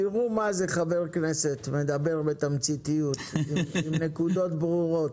תראו מה זה חבר כנסת מדבר בתמציתיות עם נקודות ברורות.